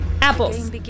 Apples